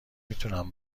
میتونم